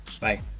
Bye